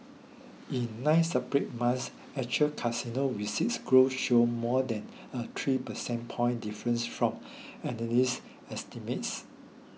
in nine separate months actual casino receipts growth showed more than a three percentage point difference from analyst estimates